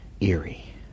eerie